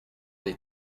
les